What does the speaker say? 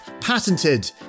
patented